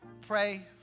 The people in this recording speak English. Pray